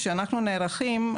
כשאנחנו נערכים,